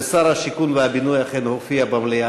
ושר הבינוי והשיכון אכן הופיע במליאה.